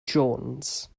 jones